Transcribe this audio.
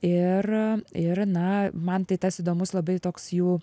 ir ir na man tai tas įdomus labai toks jų